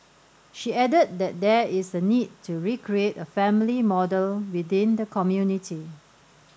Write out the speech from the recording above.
she added that there is a need to recreate a family model within the community